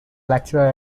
lecturer